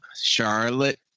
charlotte